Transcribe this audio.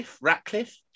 Ratcliffe